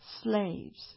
slaves